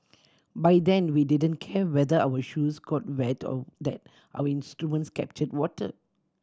by then we didn't care whether our shoes got wet or that our instruments captured water